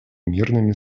мирными